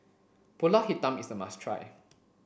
Pulut Hitam is a must try